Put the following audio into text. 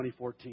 2014